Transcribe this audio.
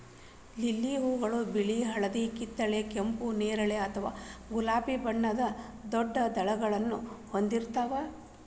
lily ಹೂಗಳು ಬಿಳಿ, ಹಳದಿ, ಕಿತ್ತಳೆ, ಕೆಂಪು, ನೇರಳೆ ಅಥವಾ ಗುಲಾಬಿ ಬಣ್ಣದ ದೊಡ್ಡ ದಳಗಳನ್ನ ಹೊಂದಿರ್ತಾವ